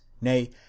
nay